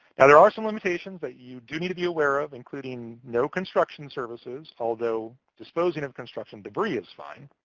now, there are some limitations that you do need to be aware of, including no construction services, although disposing of construction debris is fine.